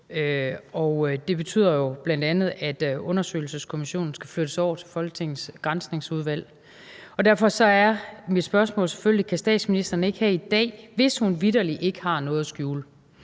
det betyder jo bl.a., at undersøgelseskommissionen skal flyttes over til Folketingets Granskningsudvalg. Derfor er mit spørgsmål selvfølgelig: Kan statsministeren ikke her i dag, hvis hun vitterlig ikke har noget at skjule,